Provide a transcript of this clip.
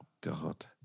God